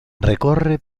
recorre